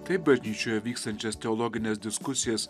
taip bažnyčioje vykstančias teologines diskusijas